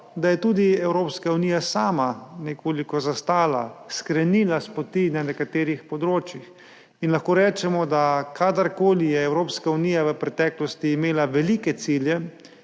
da je tudi Evropska unija sama nekoliko zastala, skrenila s poti na nekaterih področjih. Lahko rečemo, da kadarkoli je imela Evropska unija v preteklosti velike cilje,